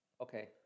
Okay